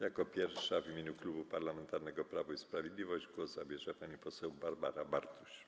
Jako pierwsza w imieniu Klubu Parlamentarnego Prawo i Sprawiedliwość głos zabierze pani poseł Barbara Bartuś.